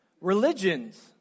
Religions